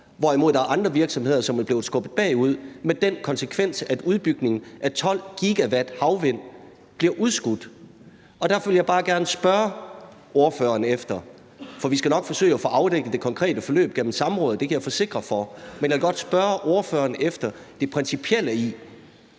hvorimod der er andre virksomheder, som er blevet skubbet bagud, med den konsekvens, at udbygningen af 12 GW havvind bliver udskudt. Derfor vil jeg bare gerne spørge ordføreren – for jeg kan forsikre om, at vi nok skal forsøge at få afdækket det konkrete forløb gennem samråd – om det principielle, i forhold til om ordføreren fuldstændig